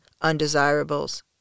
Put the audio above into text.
undesirables